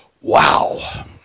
Wow